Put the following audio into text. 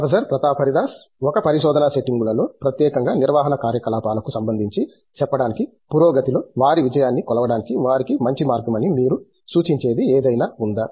professor Pratap Haridas ఒక పరిశోధనా సెట్టింగులలో ప్రత్యేకంగా నిర్వహణ కార్యకలాపాలకు సంబంధించి చెప్పడానికి పురోగతిలో వారి విజయాన్ని కొలవడానికి వారికి మంచి మార్గం అని మీరు సూచించేది ఏదైనా ఉందా